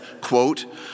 quote